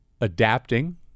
adapting